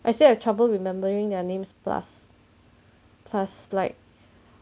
I still have trouble remembering their names plus plus like